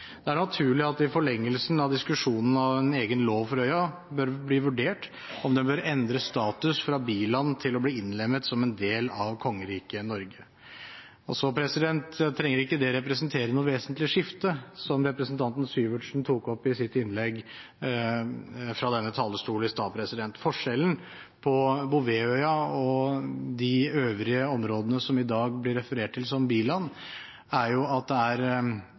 Det er naturlig at det i forlengelsen av diskusjonen om en egen lov for øya bør bli vurdert om den bør endre status fra biland til å bli innlemmet som en del av Kongeriket Norge. Det trenger ikke å representere noe vesentlig skifte, som representanten Sivertsen tok opp i sitt innlegg fra denne talerstol i stad. Forskjellen på Bouvetøya og de øvrige områdene som i dag blir referert til som biland, er jo at det er